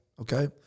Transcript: Okay